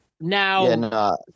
Now –